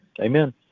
Amen